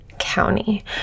County